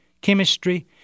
chemistry